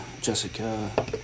Jessica